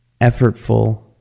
effortful